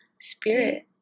spirit